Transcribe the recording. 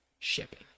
shipping